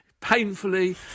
painfully